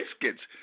biscuits